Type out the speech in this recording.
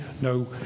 no